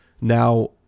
Now